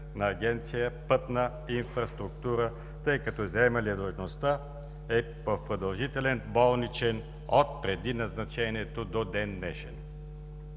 на Агенция „Пътна инфраструктура“, тъй като заемалият длъжността е в продължителен болничен отпреди назначението до ден-днешен.